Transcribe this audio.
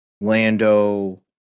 Lando